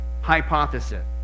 hypothesis